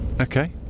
Okay